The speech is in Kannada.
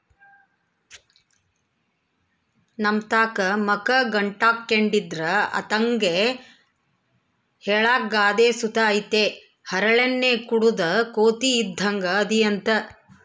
ನಮ್ತಾಕ ಮಕ ಗಂಟಾಕ್ಕೆಂಡಿದ್ರ ಅಂತರ್ಗೆ ಹೇಳಾಕ ಗಾದೆ ಸುತ ಐತೆ ಹರಳೆಣ್ಣೆ ಕುಡುದ್ ಕೋತಿ ಇದ್ದಂಗ್ ಅದಿಯಂತ